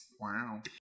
Wow